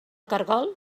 caragol